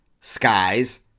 skies